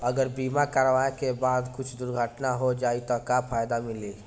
अगर बीमा करावे के बाद कुछ दुर्घटना हो जाई त का फायदा मिली?